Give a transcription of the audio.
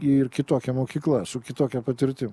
ir kitokia mokykla su kitokia patirtim